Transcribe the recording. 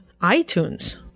iTunes